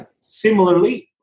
Similarly